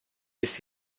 ist